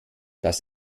das